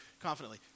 confidently